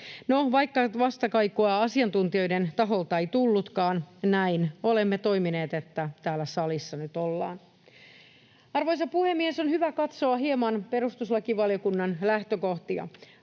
vaikka nyt vastakaikua asiantuntijoiden taholta ei tullutkaan, näin olemme toimineet, että täällä salissa nyt ollaan. Arvoisa puhemies! On hyvä katsoa hieman perustuslakivaliokunnan lähtökohtia.